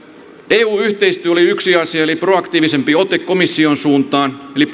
eu yhteistyö oli yksi asia eli proaktiivisempi ote komission suuntaan eli